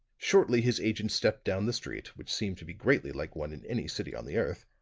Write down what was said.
shortly his agent stepped down the street, which seemed to be greatly like one in any city on the earth,